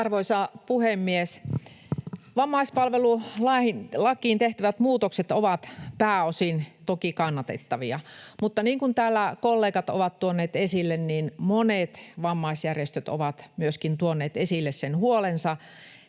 Arvoisa puhemies! Vammaispalvelulakiin tehtävät muutokset ovat pääosin toki kannatettavia, mutta niin kuin täällä kollegat ovat tuoneet esille, monet vammaisjärjestöt ovat myöskin tuoneet esille huolensa,